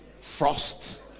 Frost